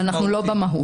אנחנו לא במהות.